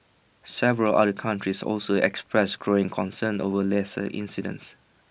several other countries also expressed growing concern over laser incidents